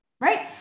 right